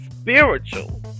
spiritual